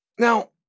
Now